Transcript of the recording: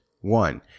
One